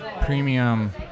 premium